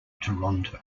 toronto